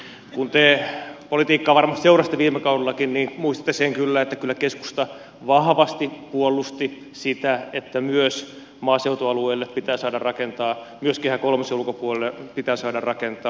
kun te politiikkaa varmasti seurasitte viime kaudellakin niin muistatte kyllä sen että kyllä keskusta vahvasti puolusti sitä että myös maaseutualueille pitää saada rakentaa myös kehä kolmosen ulkopuolelle pitää saada rakentaa